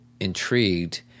intrigued